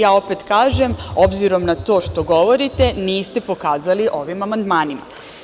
Ja opet kažem, obzirom na to što govorite, niste pokazali ovim amandmanima.